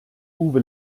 uwe